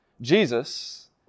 Jesus